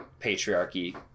patriarchy